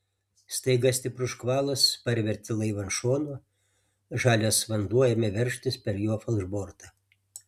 staiga stiprus škvalas parvertė laivą ant šono žalias vanduo ėmė veržtis per jo falšbortą